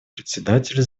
председателю